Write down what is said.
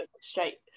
straight